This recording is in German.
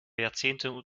jahrzehnte